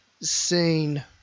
scene